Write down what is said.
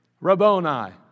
Rabboni